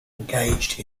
engaged